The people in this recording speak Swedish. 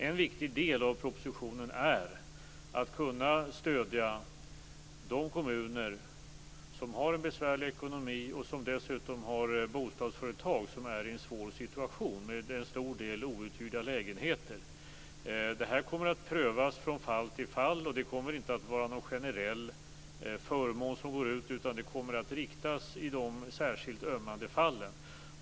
En viktig del av propositionen går ut på att kunna stödja de kommuner som har en besvärlig ekonomi och som dessutom har bostadsföretag som är i en svår situation med en stor del outhyrda lägenheter. Det här kommer att prövas från fall till fall. Det kommer inte att vara någon generell förmån som går ut, utan det kommer att riktas i de särskilt ömmande fallen.